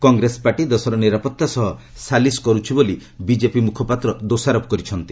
Congress party ଦେଶର ନିରାପତ୍ତା ସହ ସାଲିସ କରୁଛି ବୋଲି ବିଜେପି ମୁଖପାତ୍ର ଦୋଷାରୋପ କରିଛନ୍ତି